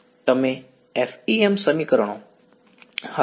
તેથી FEM સમીકરણો હા